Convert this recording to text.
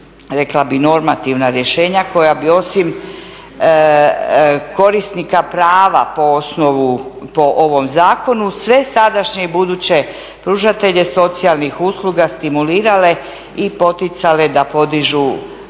rekla bih normativna rješenja koja bi osim korisnika prava po osnovu, po ovom zakonu, sve sadašnje i buduće pružatelje socijalnih usluga stimulirale i poticale da podižu